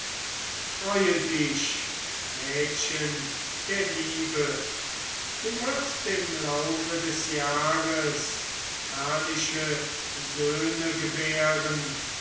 freue dich mädchen der liebe du wirst im laufe des jahres herrliche söhne gebären